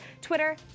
Twitter